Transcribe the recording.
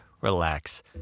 relax